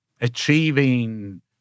achieving